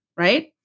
Right